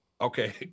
Okay